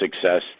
success